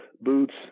boots